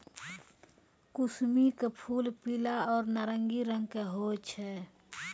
कुसमी के फूल पीला आरो नारंगी रंग के होय छै